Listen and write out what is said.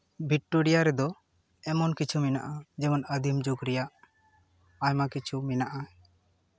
Victoria ᱨᱮᱫᱚ ᱮᱢᱚᱱ ᱠᱤᱪᱷᱩ ᱢᱮᱱᱟᱜᱼᱟ ᱡᱮᱢᱚᱱ ᱟᱹᱫᱤᱢ ᱡᱩᱜᱽ ᱨᱮᱭᱟᱜ ᱟᱭᱢᱟ ᱠᱤᱪᱷᱩ ᱢᱮᱱᱟᱜᱼᱟ